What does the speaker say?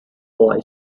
boy